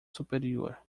superior